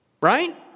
Right